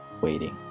waiting